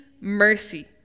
mercy